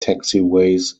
taxiways